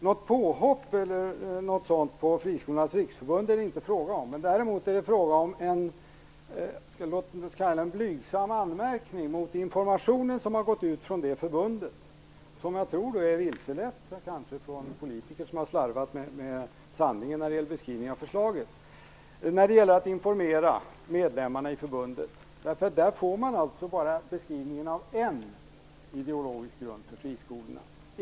Något påhopp på Friskolornas riksförbund är det inte fråga om. Däremot är det fråga om en blygsam anmärkning mot den information som har gått ut från det förbundet, som jag tror är vilselett av politiker som har slarvat med sanningen när det gäller att beskriva förslaget och informera medlemmarna i förbundet. Man får bara beskrivningen av en ideologisk grund för friskolorna.